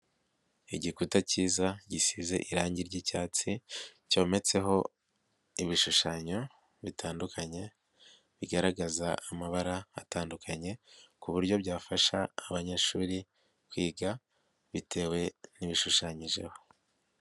Igikuta kiza gisize irangi ry'icyatsi, cyometseho ibishushanyo bitandukanye, bigaragaza amabara atandukanye, ku buryo byafasha abanyeshuri kwiga, bitewe n'ibishushanyijeho.